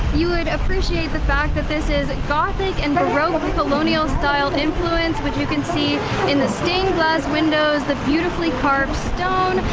you would appreciate the fact that this is gothic and baroque colonial style influence, which you can see in the stained glass windows, the beautifully carved stone,